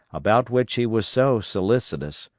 about which he was so solicitous,